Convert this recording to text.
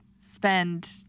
spend